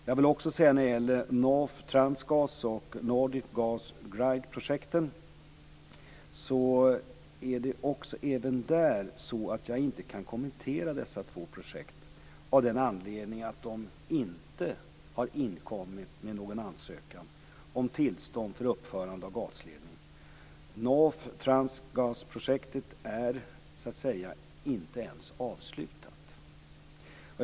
Inte heller de båda projekten North Transgas och Nordic Gas Grid kan jag kommentera, av den anledningen att de inte har inkommit med någon ansökan om tillstånd för uppförande av gasledning. North Transgas-projektet är inte ens avslutat.